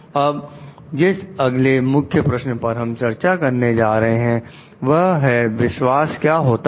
अब जिस अगले मुख्य प्रश्न पर हम चर्चा करने जा रहे हैं वह है कि विश्वास क्या होता है